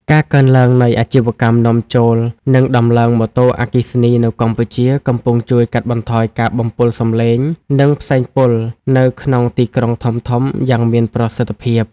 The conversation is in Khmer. ការកើនឡើងនៃអាជីវកម្មនាំចូល និងដំឡើងម៉ូតូអគ្គិសនី នៅកម្ពុជា កំពុងជួយកាត់បន្ថយការបំពុលសម្លេង និងផ្សែងពុលនៅក្នុងទីក្រុងធំៗយ៉ាងមានប្រសិទ្ធភាព។